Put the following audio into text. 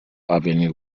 avenue